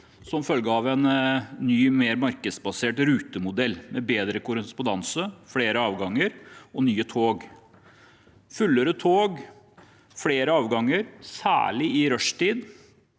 som følge av en ny, mer markedsbasert rutemodell med bedre korrespondanse, flere avganger og nye tog. Fullere tog og flere avganger, særlig i rushtiden,